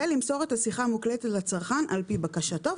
ולמסור את השיחה המוקלטת לצרכן על פי בקשתו.